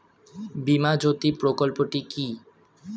বীমা জ্যোতি প্রকল্পটি কি?